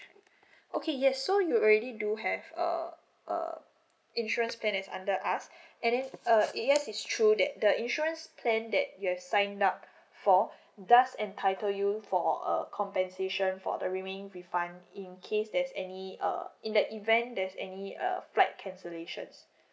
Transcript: okay yes so you already do have a uh insurance plan is under us and then uh it yes it's true that the insurance plan that you have signed up for does entitle you for a compensation for the remaining refund in case there's any uh in the event there's any uh flight cancellations